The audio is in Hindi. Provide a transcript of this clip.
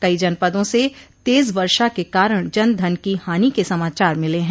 कई जनपदों से तेज वर्षा के कारण जन धन की हानि के समाचार मिले हैं